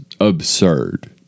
absurd